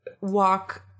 walk